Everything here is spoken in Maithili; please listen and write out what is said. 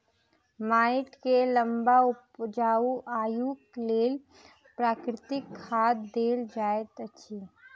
माइट के लम्बा उपजाऊ आयुक लेल प्राकृतिक खाद देल जाइत अछि